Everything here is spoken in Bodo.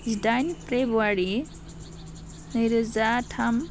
जिदाइन फ्रेब्रुवारी नैरोजा थाम